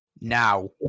Now